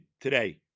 today